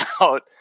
out